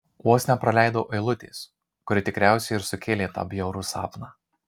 vos nepraleidau eilutės kuri tikriausiai ir sukėlė tą bjaurų sapną